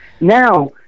now